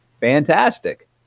Fantastic